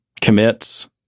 commits